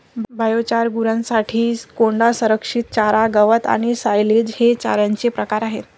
biochar, गुरांसाठी कोंडा, संरक्षित चारा, गवत आणि सायलेज हे चाऱ्याचे प्रकार आहेत